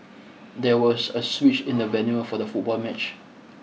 there was a switch in the venue for the football match